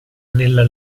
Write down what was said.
nella